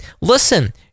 listen